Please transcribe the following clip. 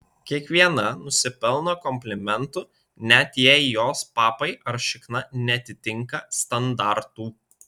kiekviena nusipelno komplimentų net jei jos papai ar šikna neatitinka standartų